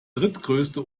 drittgrößte